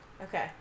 Okay